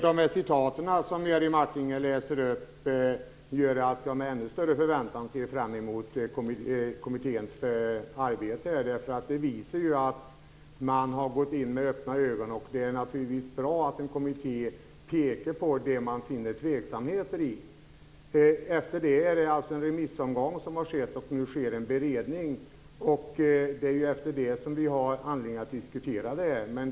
Fru talman! De citat Jerry Martinger har läst upp gör att jag med ännu större förväntan ser fram emot kommitténs arbete. Det visar att man har gått in i arbetet med öppna ögon. Det är bra att en kommitté pekar ut sådant som man finner tveksamheter i. Det har skett en remissomgång, och nu sker en beredning. Efter den har vi anledning att diskutera frågan.